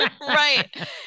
Right